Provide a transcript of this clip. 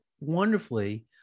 wonderfully